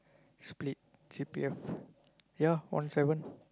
split C_P_F yeah one seven